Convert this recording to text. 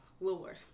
Lord